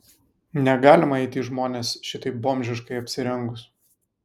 negalima eiti į žmones šitaip bomžiškai apsirengus